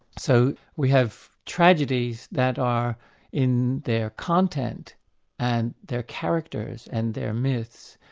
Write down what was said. so we have tragedies that are in their content and their characters and their myths,